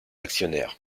actionnaire